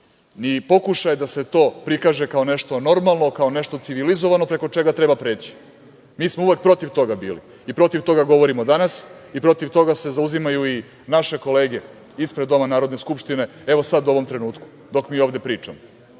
ni pokušaj da se to prikaže kao nešto normalno, kao nešto civilizovano preko čega treba preći. Mi smo uvek protiv toga bili. Protiv toga govorimo i danas i protiv toga se zauzimaju i naše kolege ispred doma Narodne skupštine. Evo sada, u ovom trenutku, dok mi ovde pričamo. Dakle,